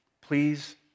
please